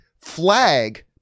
flag